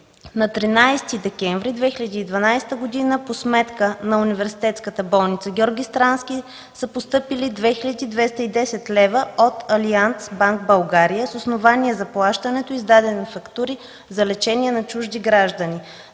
На 13 декември 2012 г. по сметка на Университетската болница „Д-р Георги Странски” са постъпили 2210 лв. от Алианц Банк България с основание за плащането – издадени фактури за лечение на чужди граждани.